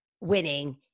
winning